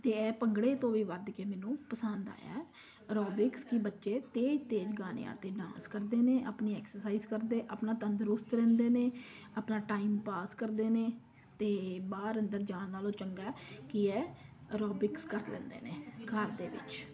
ਅਤੇ ਇਹ ਭੰਗੜੇ ਤੋਂ ਵੀ ਵੱਧ ਕੇ ਮੈਨੂੰ ਪਸੰਦ ਆਇਆ ਐਰੋਬਿਕਸ ਕਿ ਬੱਚੇ ਤੇਜ਼ ਤੇਜ਼ ਗਾਣਿਆ 'ਤੇ ਡਾਂਸ ਕਰਦੇ ਨੇ ਆਪਣੀ ਐਕਸਸਾਈਜ਼ ਕਰਦੇ ਆਪਣਾ ਤੰਦਰੁਸਤ ਰਹਿੰਦੇ ਨੇ ਆਪਣਾ ਟਾਈਮ ਪਾਸ ਕਰਦੇ ਨੇ ਅਤੇ ਬਾਹਰ ਅੰਦਰ ਜਾਣ ਨਾਲੋਂ ਚੰਗਾ ਕੀ ਹੈ ਐਰੋਬਿਕਸ ਕਰ ਲੈਂਦੇ ਨੇ ਘਰ ਦੇ ਵਿੱਚ